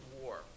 war